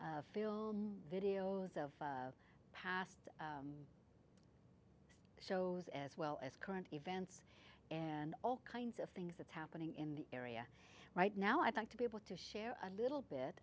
of videos of past shows as well as current events and all kinds of things that's happening in the area right now i'd like to be able to share a little bit